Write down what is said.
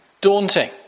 daunting